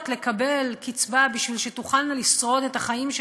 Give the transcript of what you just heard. לקבל קצבה כדי שתוכלנה לשרוד את החיים שבחוץ.